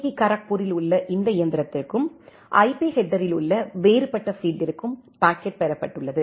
D காரக்பூரில் உள்ள இந்த இயந்திரத்திற்கும் ஐபி ஹெட்டரில் உள்ள வேறுபட்ட பீல்ட்டிருக்கும் பாக்கெட் பெறப்பட்டுள்ளது